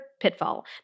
pitfall